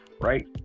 right